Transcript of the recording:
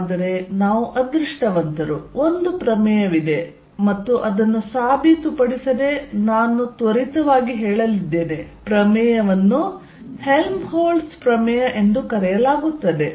ಆದರೆ ನಾವು ಅದೃಷ್ಟವಂತರು ಒಂದು ಪ್ರಮೇಯವಿದೆ ಮತ್ತು ಅದನ್ನು ಸಾಬೀತುಪಡಿಸದೆ ನಾನು ಹೇಳಲಿದ್ದೇನೆ ಪ್ರಮೇಯವನ್ನು ಹೆಲ್ಮ್ಹೋಲ್ಟ್ಜ್ Helmholtzs ಪ್ರಮೇಯ ಎಂದು ಕರೆಯಲಾಗುತ್ತದೆ